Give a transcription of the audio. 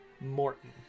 Morton